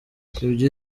ibyo